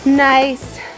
Nice